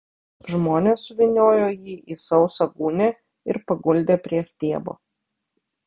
žmonės suvyniojo jį į sausą gūnią ir paguldė prie stiebo